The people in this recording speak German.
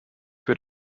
für